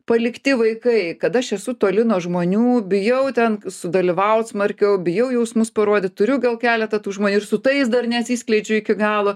palikti vaikai kad aš esu toli nuo žmonių bijau ten sudalyvaut smarkiau bijau jausmus parodyt turiu gal keletą tų žmonių ir su tais dar neatsiskleidžiu iki galo